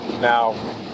now